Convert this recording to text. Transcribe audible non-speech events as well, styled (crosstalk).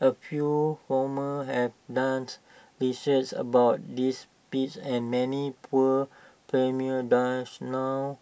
A few farmers have dance research about these pests and many poor (unintelligible) dance know